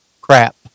crap